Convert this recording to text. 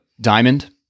diamond